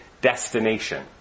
destination